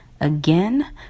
again